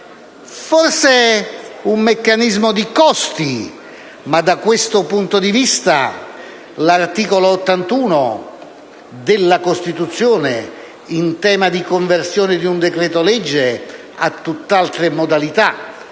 forse un meccanismo di costi, da questo punto di vista l'articolo 81 della Costituzione applicato alla conversione di un decreto-legge ha tutt'altre modalità